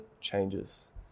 changes